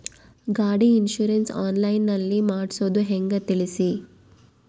ಗಾಡಿ insurance online ನಲ್ಲಿ ಮಾಡ್ಸೋದು ಹೆಂಗ ತಿಳಿಸಿ?